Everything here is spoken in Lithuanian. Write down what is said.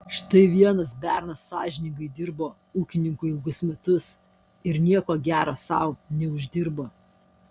štai vienas bernas sąžiningai dirbo ūkininkui ilgus metus ir nieko gero sau neuždirbo